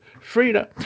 frida